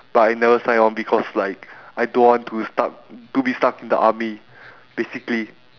but I never sign on because like I don't want to stuck to be stuck in the army basically